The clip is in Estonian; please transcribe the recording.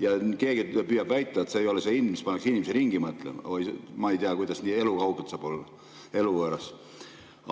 Kui keegi püüab väita, et see ei ole see hind, mis paneks inimesi ringi mõtlema – ma ei tea, kuidas saab olla nii elukauge, eluvõõras.